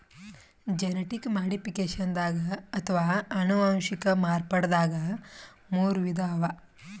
genetic ಮಾಡಿಫಿಕೇಷನ್ದಾಗ್ ಅಥವಾ ಅನುವಂಶಿಕ್ ಮಾರ್ಪಡ್ದಾಗ್ ಮೂರ್ ವಿಧ ಅವಾ